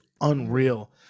unreal